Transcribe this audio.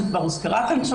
שכבר הוזכרה כאן,